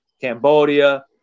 Cambodia